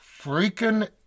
freaking